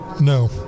No